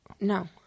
No